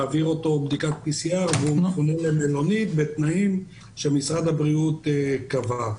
להעביר אותו בדיקת PCR בתנאים שמשרד הבריאות קבע.